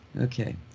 Okay